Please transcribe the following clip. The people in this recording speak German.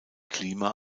klima